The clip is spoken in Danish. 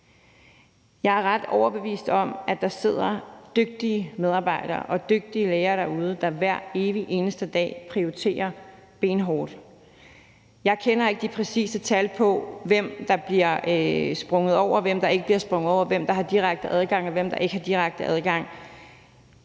Jeg er ret overbevist om, at der sidder dygtige medarbejdere og dygtige læger derude, der hver evig eneste dag prioriterer benhårdt. Jeg kender ikke de præcise tal for, hvem der bliver sprunget over, og hvem der ikke bliver sprunget over; hvem der har direkte adgang, og hvem der ikke har direkte adgang.